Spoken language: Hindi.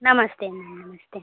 नमस्ते मैम नमस्ते